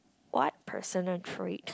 what personal trait